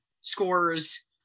scores